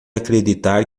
acreditar